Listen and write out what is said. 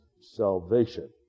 salvation